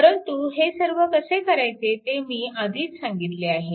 परंतु हे सर्व कसे करायचे ते मी आधीच सांगितले आहे